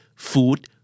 Food